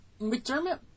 McDermott